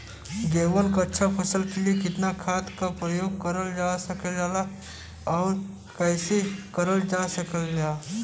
गेहूँक अच्छा फसल क लिए कितना खाद के प्रयोग करल जा सकेला और कैसे करल जा सकेला?